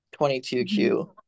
22Q